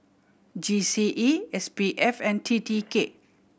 G C E S P F and T T K